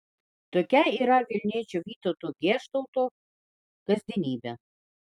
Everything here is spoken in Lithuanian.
tokia yra vilniečio vytauto geštauto kasdienybė